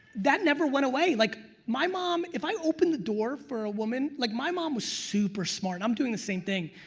that never went away. like my mom, if i opened the door for a woman, like my mom was super smart and i'm doing the same thing,